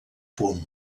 punt